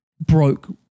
broke